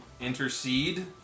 intercede